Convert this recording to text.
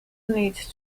needs